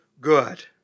good